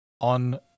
on